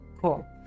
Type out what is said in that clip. Cool